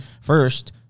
First